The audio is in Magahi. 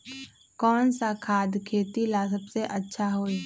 कौन सा खाद खेती ला सबसे अच्छा होई?